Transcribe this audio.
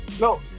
No